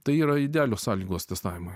tai yra idealios sąlygos testavimui